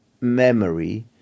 memory